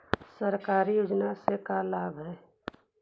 सरकारी योजना से का लाभ है?